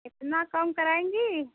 इतना कम कराएंगी